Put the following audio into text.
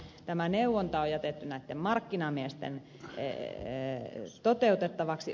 tämä neuvonta on jätetty näitten markkinamiesten toteutettavaksi